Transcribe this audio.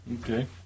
Okay